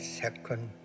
second